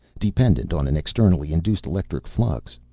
dependent on an externally induced electric flux.